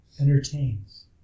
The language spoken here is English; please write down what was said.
entertains